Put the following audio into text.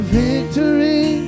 victory